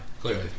clearly